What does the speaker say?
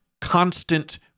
constant